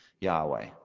Yahweh